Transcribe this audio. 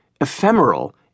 ephemeral